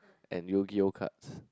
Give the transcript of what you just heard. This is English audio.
and Yugioh cards